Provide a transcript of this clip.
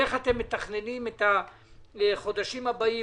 איך אתם מתכננים את החודשים הבאים,